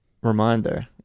Reminder